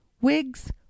wigs